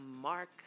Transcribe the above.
Mark